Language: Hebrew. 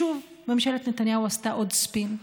שוב ממשלת נתניהו עשתה עוד ספין,